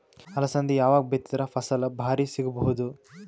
ಅಲಸಂದಿ ಯಾವಾಗ ಬಿತ್ತಿದರ ಫಸಲ ಭಾರಿ ಸಿಗಭೂದು?